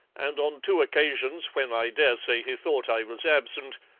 and on two occasions, when i dare say he thought i was absent,